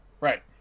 right